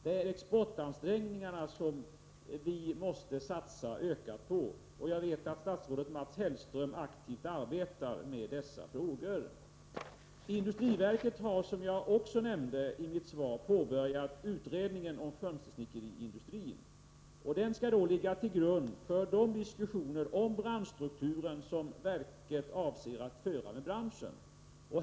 Det är exportansträngningarna som vi måste satsa ytterligare på, och jag vet att statsrådet Mats Hellström aktivt arbetar med dessa frågor. Industriverket har, som jag också nämnde i mitt svar, påbörjat utredningen om fönstersnickeriindustrin. Den skall ligga till grund för de diskussioner om branschstrukturen som verket avser att föra med branschen.